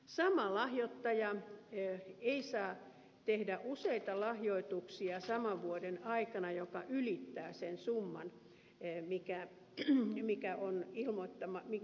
sama lahjoittaja ei saa tehdä useita lahjoituksia saman vuoden aikana jotka ylittävät sen summan mikä jää ilmoittamatta